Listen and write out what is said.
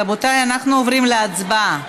רבותיי, אנחנו עוברים להצבעה.